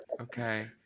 Okay